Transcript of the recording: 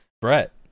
Brett